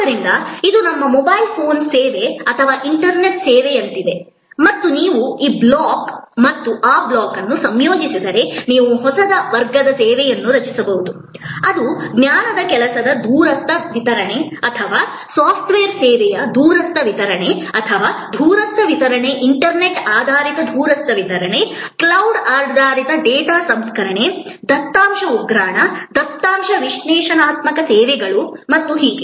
ಆದ್ದರಿಂದ ಇದು ನಮ್ಮ ಮೊಬೈಲ್ ಫೋನ್ ಸೇವೆ ಅಥವಾ ಇಂಟರ್ನೆಟ್ ಸೇವೆಯಂತಿದೆ ಮತ್ತು ನೀವು ಈ ಬ್ಲಾಕ್ ಮತ್ತು ಆ ಬ್ಲಾಕ್ ಅನ್ನು ಸಂಯೋಜಿಸಿದರೆ ನೀವು ಹೊಸ ವರ್ಗದ ಸೇವೆಯನ್ನು ರಚಿಸಬಹುದು ಅದು ಜ್ಞಾನದ ಕೆಲಸದ ದೂರಸ್ಥ ವಿತರಣೆ ಅಥವಾ ಸಾಫ್ಟ್ವೇರ್ ಸೇವೆಯ ದೂರಸ್ಥ ವಿತರಣೆ ಅಥವಾ ಇಂಟರ್ನೆಟ್ ಆಧಾರಿತ ದೂರಸ್ಥ ವಿತರಣೆ ಕ್ಲೌಡ್ ಆಧಾರಿತ ಡೇಟಾ ಸಂಸ್ಕರಣೆ ದತ್ತಾಂಶ ಉಗ್ರಾಣ ದತ್ತಾಂಶ ವಿಶ್ಲೇಷಣಾತ್ಮಕ ಸೇವೆಗಳು ಹೀಗೆ